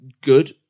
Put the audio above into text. good